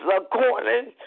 according